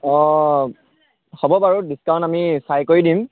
অঁ হ'ব বাৰু ডিচকাউন্ট আমি চাই কৰি দিম